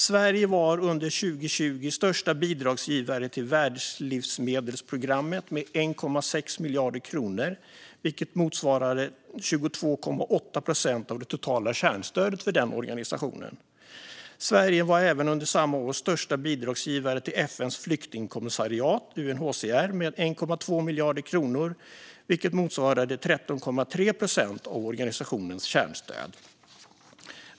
Sverige var under 2020 största bidragsgivare till Världslivsmedelsprogrammet med 1,6 miljarder kronor, vilket motsvarade 22,8 procent av det totala kärnstödet till den organisationen. Sverige var även under samma år största bidragsgivare till FN:s flyktingkommissariat UNHCR med 1,2 miljarder kronor, vilket motsvarade 13,3 procent av organisationens kärnstöd.